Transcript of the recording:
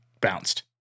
bounced